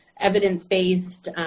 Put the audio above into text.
evidence-based